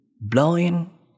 blowing